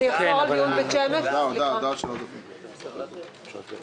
אני מבקש לא להצביע בשלב